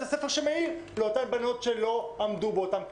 הספר שמעיר לאותן בנות שלא עמדו באותם כללים.